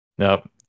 Nope